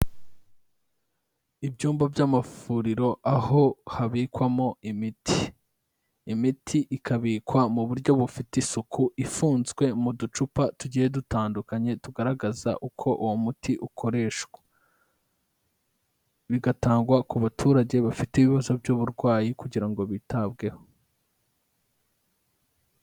Ibyumba by'amavuriro aho habikwamo imiti, imiti ikabikwa mu buryo bufite isuku ifunzwe mu ducupa tugiye dutandukanye tugaragaza uko uwo muti ukoreshwa, bigatangwa ku baturage bafite ibibazo by'uburwayi kugira ngo bitabweho.